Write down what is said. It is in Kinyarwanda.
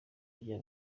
ijya